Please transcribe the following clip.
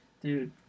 dude